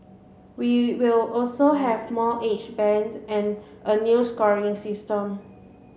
we will also have more age bands and a new scoring system